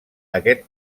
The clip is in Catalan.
aquest